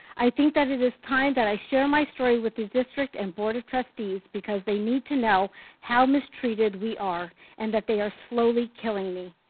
i think that it is time that i share my story with the district and board of trustees because they need to know how mistreated we are and that they are slowly killing me.